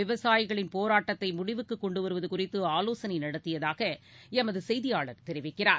விவசாயிகளின் போராட்டத்தை முடிவுக்கு கொண்டு வருவது குறித்து ஆலோசனை நடத்தியதாக எமது செய்தியாளர் தெரிவிக்கிறார்